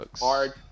hard